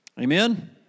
Amen